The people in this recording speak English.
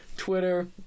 Twitter